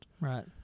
Right